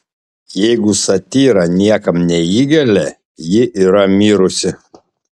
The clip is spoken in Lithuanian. jeigu satyra niekam neįgelia ji yra mirusi